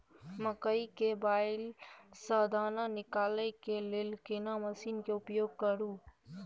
मकई के बाईल स दाना निकालय के लेल केना मसीन के उपयोग करू?